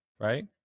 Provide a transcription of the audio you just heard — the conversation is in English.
right